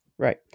Right